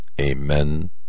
amen